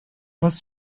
was